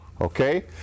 Okay